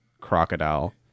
crocodile